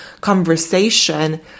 conversation